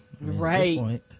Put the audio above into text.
Right